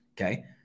okay